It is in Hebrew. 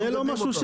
זה הסכם זה בסדר.